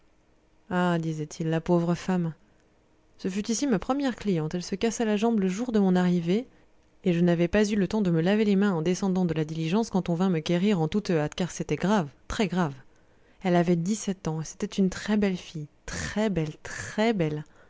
ah disait-il la pauvre femme ce fut ici ma première cliente elle se cassa la jambe le jour de mon arrivée et je n'avais pas eu le temps de me laver les mains en descendant de la diligence quand on vint me quérir en toute hâte car c'était grave très grave elle avait dix-sept ans et c'était une très belle fille très belle très belle